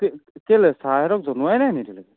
কে কেলৈ ছাৰহঁতক জনোৱাই নাই নেকি এতিয়ালৈকে